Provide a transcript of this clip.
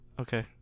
Okay